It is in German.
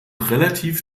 relativ